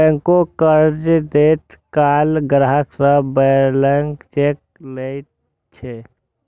बैंको कर्ज दैत काल ग्राहक सं ब्लैंक चेक लैत छै